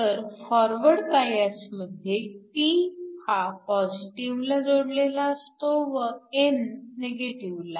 तर forward bias मध्ये p हा पॉजिटीव्हला जोडलेला असतो व n निगेटिव्हला